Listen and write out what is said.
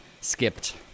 skipped